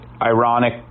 ironic